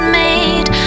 made